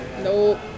Nope